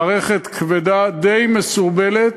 מערכת כבדה, די מסורבלת.